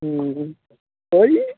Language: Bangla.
হুম ওই